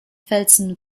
velzen